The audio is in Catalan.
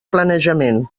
planejament